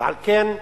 ועל כן,